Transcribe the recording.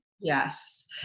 Yes